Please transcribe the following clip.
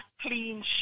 clean